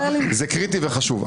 זה קריטי וחשוב,